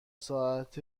ساعت